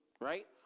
right